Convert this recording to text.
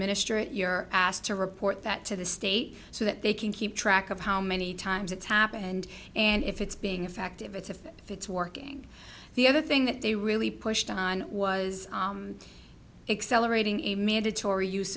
administer it you're asked to report that to the state so that they can keep track of how many times it's happened and and if it's being effective it's if it's working the other thing that they really pushed on was exhilarating a mandatory use